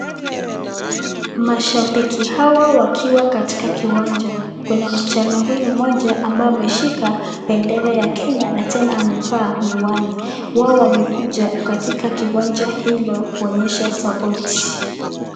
Mashambiki hawa wakiwa katika kiwanja. Kuna msichana huyu mmoja ambaye ameshika bendera ya Kenya na tena amevaa miwani. Wao wamekuja katika kiwanja hilo kuonyesha support .